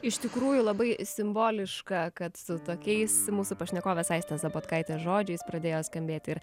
iš tikrųjų labai simboliška kad su tokiais mūsų pašnekovės aistės zabotkaitės žodžiais pradėjo skambėti ir